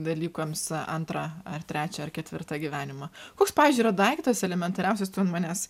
dalykams antrą ar trečią ar ketvirtą gyvenimą koks pavyzdžiui yra daiktas elementariausias tu ant manęs